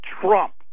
Trump